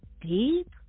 deep